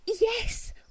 Yes